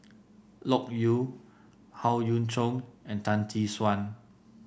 Loke Yew Howe Yoon Chong and Tan Tee Suan